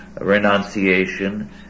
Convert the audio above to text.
renunciation